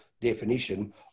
definition